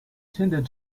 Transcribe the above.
tended